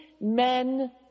men